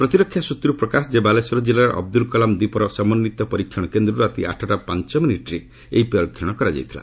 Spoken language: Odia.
ପ୍ରତିରକ୍ଷା ସ୍ୱତ୍ରରୁ ପ୍ରକାଶ ଯେ ବାଲେଶ୍ୱର ଜିଲ୍ଲାର ଅବଦୁଲ କଲାମ ଦ୍ୱୀପର ସମନ୍ୱିତ ପରୀକ୍ଷଣ କେନ୍ଦ୍ରରୁ ରାତି ଆଠଟା ପାଞ୍ଚ ମିନିଟ୍ରେ ଏହି ପରୀକ୍ଷଣ କରାଯାଇଥିଲା